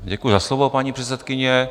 Děkuju za slovo, paní předsedkyně.